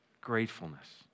Gratefulness